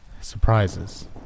Surprises